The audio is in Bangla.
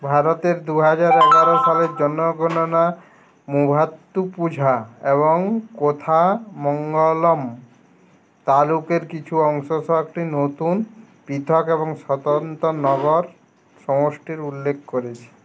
ভারতের দু হাজার এগারো সালের জনগণনা মুভাত্তুপুঝা এবং কোথামঙ্গলম তালুকের কিছু অংশ সহ একটি নতুন পৃথক এবং স্বতন্ত্র নগর সমষ্টির উল্লেক করেছে